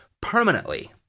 permanently